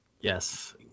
Yes